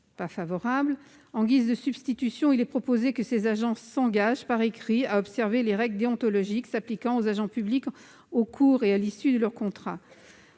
mesure. En guise de substitution, il est proposé que ces agents « s'engagent par écrit à observer les règles déontologiques s'appliquant aux agents publics au cours et à l'issue de leur contrat